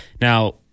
Now